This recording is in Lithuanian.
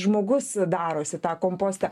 žmogus darosi tą kompostą